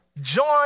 join